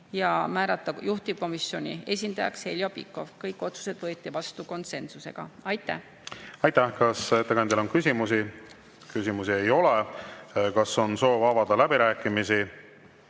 määrata juhtivkomisjoni esindajaks Heljo Pikhof. Kõik otsused võeti vastu konsensusega. Aitäh! Aitäh! Kas ettekandjale on küsimusi? Küsimusi ei ole. Kas on soov avada läbirääkimisi?